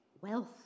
wealth